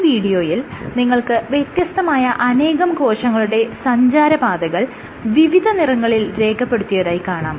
ഈ വീഡിയോയിൽ നിങ്ങൾക്ക് വ്യത്യസ്തമായ അനേകം കോശങ്ങളുടെ സഞ്ചാരപാതകൾ വിവിധ നിറങ്ങളിൽ രേഖപ്പെടുത്തിയതായി കാണാം